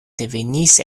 devenis